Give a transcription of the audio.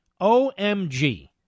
OMG